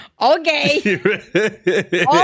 Okay